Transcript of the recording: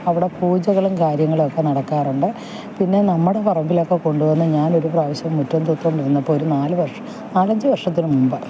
അവിടെ പൂജകളും കാര്യങ്ങളൊക്കെ നടക്കാറുണ്ട് പിന്നെ നമ്മുടെ പറമ്പിലൊക്കെ കൊണ്ടുവന്ന് ഞാനൊരു പ്രാവശ്യം മുറ്റം തൂത്തുകൊണ്ടിരുന്നപ്പോൾ ഒരു നാല് വർഷ് നാലഞ്ച് വർഷത്തിന് മുമ്പ്